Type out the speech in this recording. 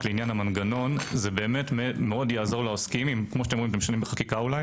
לעניין המנגנון מאוד יעזור לעוסקים אם משנים בחקיקה אולי